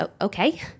okay